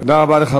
תודה רבה לך,